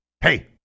hey